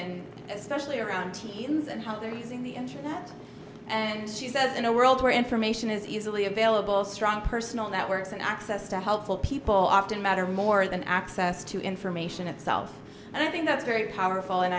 and especially around teens and how they're using the internet and she says in a world where information is easily available strong personal networks and access to helpful people often matter more than access to information itself and i think that's very powerful and